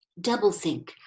Doublethink